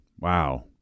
Wow